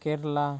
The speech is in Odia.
କେରଳ